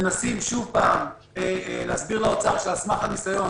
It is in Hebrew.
מנסים שוב פעם להסביר לאוצר שעל סמך הניסיון,